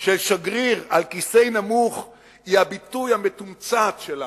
של שגריר על כיסא נמוך היא הביטוי המתומצת שלה,